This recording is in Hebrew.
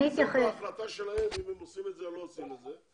זאת החלטה שלהם אם הם עושים את זה או לא עושים את זה,